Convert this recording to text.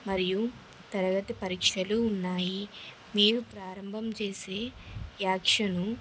మరియు తరగతి పరీక్షలు ఉన్నాయి మీరు ప్రారంభం చేసే యాక్షను